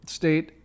state